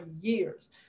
years